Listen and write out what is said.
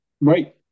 Right